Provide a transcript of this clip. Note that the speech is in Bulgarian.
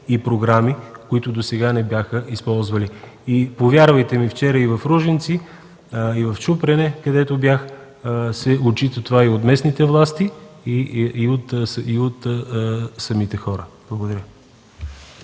и програми, които досега не бяха използвали. Повярвайте ми, вчера в Ружинци и в Чупрене, където бях, това се отчита от местните власти и от самите хора. Благодаря.